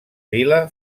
vila